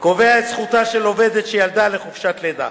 קובע את זכותה של עובדת שילדה לחופשת לידה.